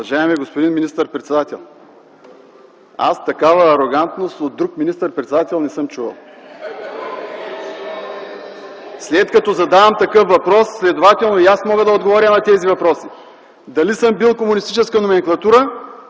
Уважаеми господин министър-председател, аз такава арогантност от друг министър-председател не съм чувал. (Оживление в ГЕРБ.) След като задавам такъв въпрос, следователно и аз мога да отговоря на тези въпроси – дали съм бил комунистическа номенклатура